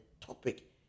topic